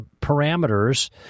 parameters